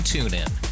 TuneIn